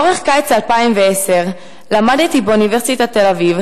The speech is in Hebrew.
לאורך קיץ 2010 למדתי באוניברסיטת תל-אביב